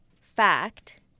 Fact